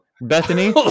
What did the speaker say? bethany